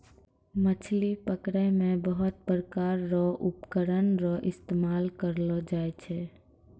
मछली पकड़ै मे बहुत प्रकार रो उपकरण रो इस्तेमाल करलो जाय छै